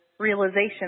Realization